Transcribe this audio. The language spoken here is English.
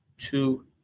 Two